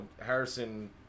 Harrison